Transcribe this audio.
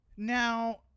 now